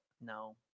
No